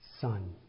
son